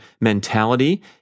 mentality